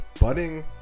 Budding